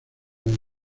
hay